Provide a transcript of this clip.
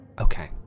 Okay